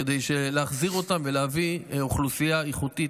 כדי להחזיר אותם ולהביא אוכלוסייה איכותית